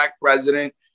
president